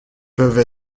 peuvent